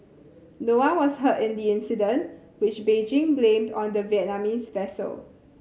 no one was hurt in the incident which Beijing blamed on the Vietnamese vessel